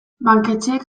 banketxeek